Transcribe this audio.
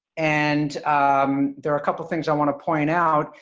and there are a couple things i want to point out.